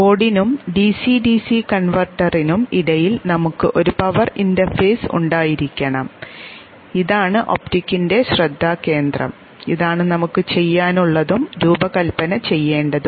കോർഡിനും DC DC കൺവെർട്ടറിനും ഇടയിൽ നമുക്ക് ഒരു പവർ ഇന്റർഫേസ് ഉണ്ടായിരിക്കണം ഇതാണ് ഒപ്റ്റിക്കിന്റെ ശ്രദ്ധാകേന്ദ്രം ഇതാണ് നമുക്ക് ചെയ്യാൻ ഉള്ളതും രൂപകൽപ്പന ചെയ്യേണ്ടതും